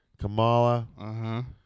Kamala